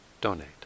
donate